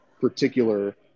particular